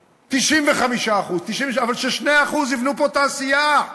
95%, אבל ש-2% יבנו פה תעשייה.